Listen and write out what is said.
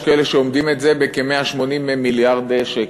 יש כאלה שאומדים את זה ב-180 מיליארד שקל.